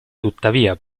tuttavia